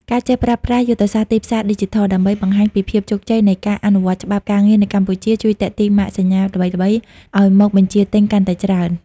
ការចេះប្រើប្រាស់យុទ្ធសាស្ត្រទីផ្សារឌីជីថល ដើម្បីបង្ហាញពីភាពជោគជ័យនៃការអនុវត្តច្បាប់ការងារនៅកម្ពុជា ជួយទាក់ទាញម៉ាកសញ្ញាល្បីៗឱ្យមកបញ្ជាទិញកាន់តែច្រើន។